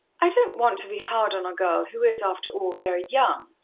i don't want to be hard on a girl who is, after all, very young,